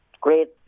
Great